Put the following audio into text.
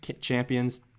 champions